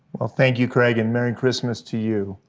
well, thank you, craig, and merry christmas to you.